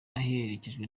aherekejwe